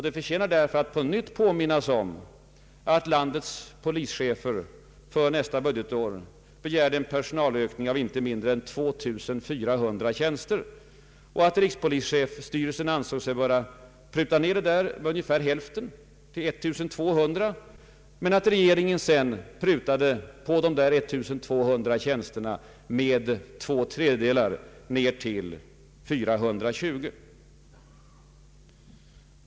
Det förtjänar att på nytt påminnas om att landets polischefer för nästa budgetår begärde en personalökning med inte mindre än 2400 tjänster, att rikspolisstyrelsen ansåg sig böra pruta ned ökningen till ungefär hälften, 1200, men att regeringen prutade på dessa 1200 tjänster med två tredjedelar ned till 420.